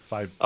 Five